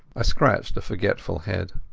i scratched a forgetful head.